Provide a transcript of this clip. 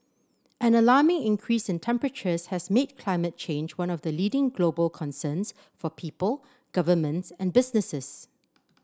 an alarming increase in temperatures has made climate change one of the leading global concerns for people governments and businesses